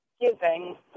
giving